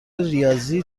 ریاضی